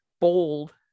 bold